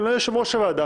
והם לא יושב-ראש הוועדה,